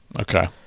Okay